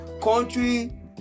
Country